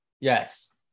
Yes